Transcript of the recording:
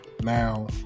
Now